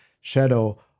shadow